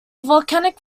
volcanic